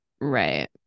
Right